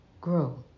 Grow